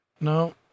No